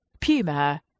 puma